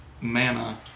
manna